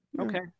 Okay